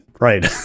right